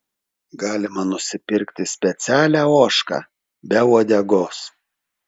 galima nusipirkti specialią ožką be uodegos